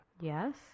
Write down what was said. yes